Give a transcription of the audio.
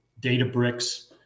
Databricks